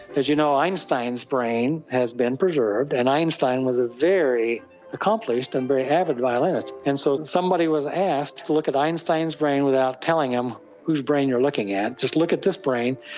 as you know, einstein's brain has been preserved, and einstein was a very accomplished and very avid violinist, and so somebody was asked to look at einstein's brain without telling him whose brain you're looking at, just look at this brain,